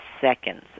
seconds